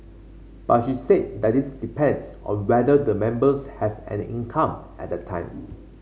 but she said that this depends on whether the members have an income at that time